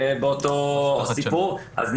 באותו סיפור.